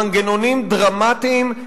במנגנונים דרמטיים,